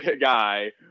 guy